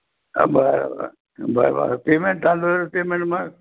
बरं बरं बरं बरं पेमेंट तांदूळ पेमेंट मग